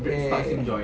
ya ya ya ya